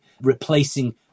replacing